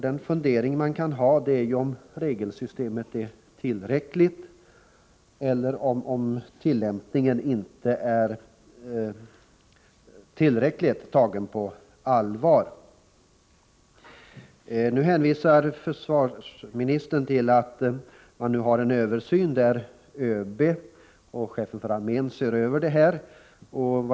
Den fundering som man kan ha är om regelsystemet är tillräckligt eller om tillämpningen sker med tillräckligt stort allvar. Försvarsministern hänvisar till att överbefälhavaren och chefen för armén ser över detta.